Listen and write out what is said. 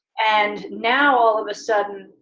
and now all of a sudden,